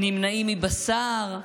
נמנעים מבשר,